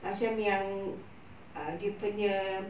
macam yang err dia punya